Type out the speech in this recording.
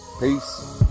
Peace